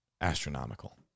astronomical